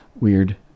weird